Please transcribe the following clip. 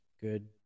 Good